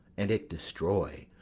and it destroy!